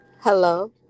Hello